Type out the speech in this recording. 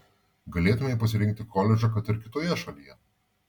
galėtumei pasirinkti koledžą kad ir kitoje šalyje